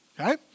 okay